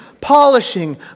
polishing